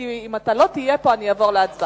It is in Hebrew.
כי אם אתה לא תהיה פה אני אעבור להצבעה.